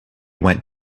went